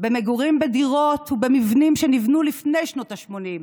במגורים בדירות ובמבנים שנבנו לפני שנות השמונים,